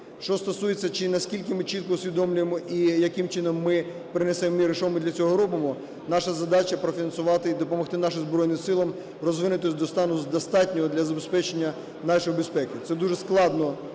Що стосується чи наскільки ми чітко усвідомлюємо і яким чином ми принесемо мир, і що ми для цього робимо. Наша задача профінансувати і допомогти наших Збройним Силам розвинутись достатньо для забезпечення нашої безпеки. Це дуже складно